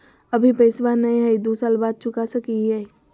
अभि पैसबा नय हय, दू साल बाद चुका सकी हय?